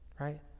Right